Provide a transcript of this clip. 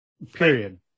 Period